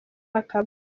akaba